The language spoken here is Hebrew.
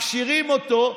מכשירים אותו.